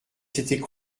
s’étaient